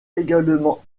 également